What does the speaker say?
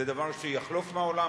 זה דבר שיחלוף מן העולם,